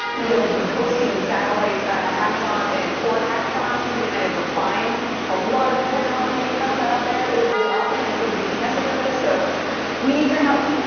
we'll be hosting satellite hackathons and core hackathons, to kind of refine a lot of the technology that you talked about out there, is really awesome, and could be a potential for this. so we need your help.